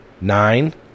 Nine